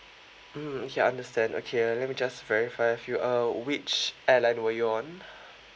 mm okay I understand okay uh let me just verify with you uh which airline were you on